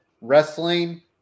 wrestling